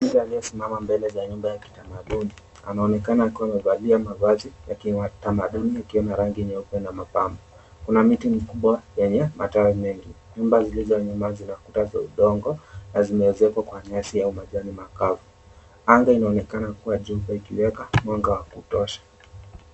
...aliyesimama mbele ya nyumba ya kitamaduni anaonekana akiwa amevalia mavazi ya kitamaduni yakiwa ya rangi nyeupe na mapambo. Kuna miti mikubwa yenye matawi mengi, nyumba zilizonyuma zina kuta za udongo na zimeezekwa kwa nyasi au majani makavu. Anga inaonekana kua jeupe ikiweka mwanga wa kutosha.